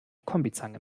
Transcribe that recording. kombizange